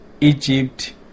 Egypt